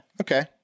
Okay